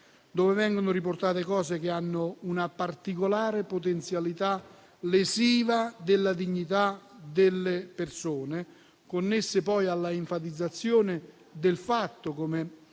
dove vengono riportate cose che hanno una particolare potenzialità lesiva della dignità delle persone, connesse poi all'enfatizzazione del fatto, come